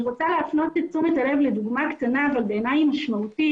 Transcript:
אני רוצה להפנות את תשומת הלב לדוגמה קטנה - אבל בעיניי היא משמעותית